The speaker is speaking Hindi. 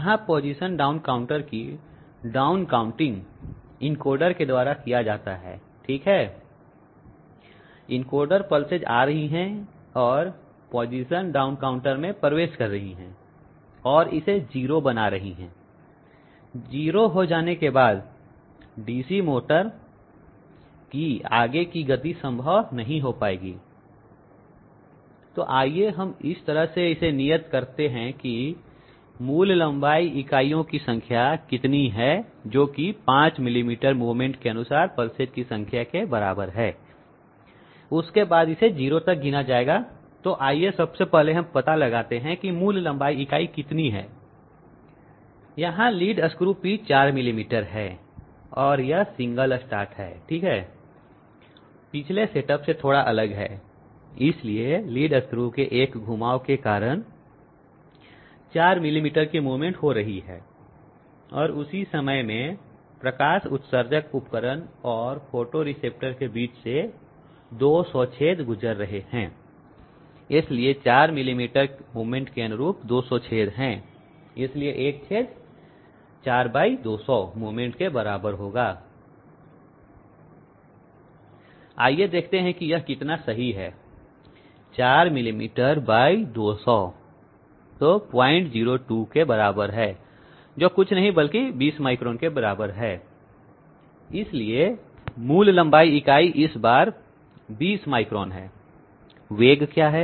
यहां पोजीशन डाउन काउंटर की डाउन काउंटिंग इनकोडर के द्वारा किया जाता है ठीक है इनकोडर पल्सेस आ रही हैं और पोजीशन डाउन काउंटर में प्रवेश कर रही हैं और इसे 0 बना रही है 0 हो जाने के बाद डीसी मोटर की आगे की गति संभव नहीं हो पाएगी तो आइए हम इसे इस तरह से नियत करते हैं मूल लंबाई इकाइयों की संख्या कितनी है जो कि 5 मिलीमीटर मूवमेंट के अनुरूप पल्सेस की संख्या के बराबर है उसके बाद इसे 0 तक गिना जाएगा तो आइए सबसे पहले हम पता लगाते हैं कि मूल लंबाई इकाई कितनी है यहां लीड स्क्रु पिच 4 मिलीमीटर है और यह सिंगल स्टार्ट है ठीक है पिछले सेटअप से थोड़ा अलग है इसलिए लीड स्क्रु के 1 घुमाव के के कारण 4 मिलीमीटर की मूवमेंट हो रही है और उसी समय में प्रकाश उत्सर्जक उपकरण और फोटोरिसेप्टर के बीच से 200 छेद गुजर रहे हैं इसलिए 4 मिलीमीटर मूवमेंट के अनुरूप 200 छेद हैं इसलिए 1 छेद 4 200 मूवमेंट के बराबर होगा आइए देखते हैं कि यह कितना सही है 4 मिलीमीटर 200 तो 002 के बराबर है जो कुछ नहीं बल्कि 20 माइक्रोन के बराबर है इसलिए मूल लंबाई इकाई इस बार 20 माइक्रोन है वेग क्या है